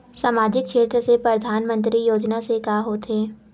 सामजिक क्षेत्र से परधानमंतरी योजना से का होथे?